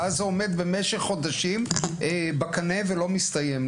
ואז זה עומד במשך חודשים בקנה ולא מסתיים.